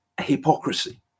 hypocrisy